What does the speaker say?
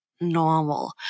normal